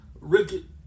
Ricky